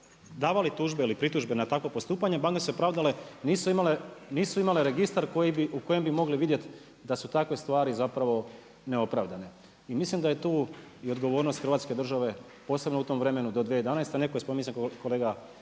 davali tužbe ili pritužbe na takva postupanja, banke su se pravdale nisu imale registar u kojem bi mogle vidjet da su takve stvari zapravo neopravdane. I mislim da je tu i odgovornost hrvatske države posebno u tom vremenu do 2011. netko je spomenuo,